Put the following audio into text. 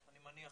אני מניח